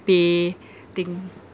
pay thing